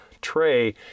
tray